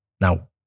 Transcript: Now